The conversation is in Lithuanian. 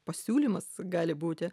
pasiūlymas gali būti